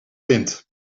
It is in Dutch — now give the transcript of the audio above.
wind